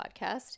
podcast